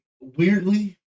weirdly